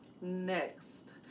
next